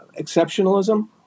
Exceptionalism